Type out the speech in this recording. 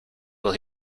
will